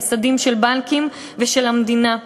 ממסדים של בנקים ושל המדינה.